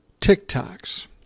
TikToks